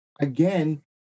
again